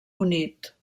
unit